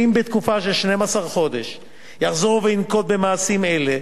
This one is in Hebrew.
שאם בתקופה של 12 חודש יחזור וינקוט מעשים אלה,